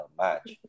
match